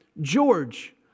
George